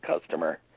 customer